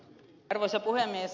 arvoisa puhemies